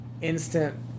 instant